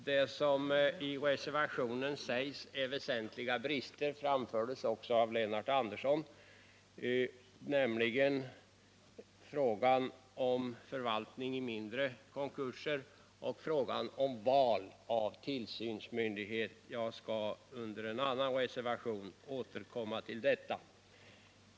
Det som i reservationen sägs om väsentliga brister har också framförts av Lennart Andersson, nämligen när det gäller frågan om förvaltning i mindre konkurser och frågan om val av tillsynsmyndighet. Jag skall under en annan reservation återkomma till detta.